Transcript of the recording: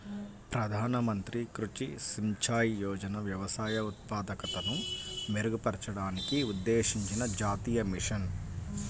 ప్రధాన మంత్రి కృషి సించాయ్ యోజన వ్యవసాయ ఉత్పాదకతను మెరుగుపరచడానికి ఉద్దేశించిన జాతీయ మిషన్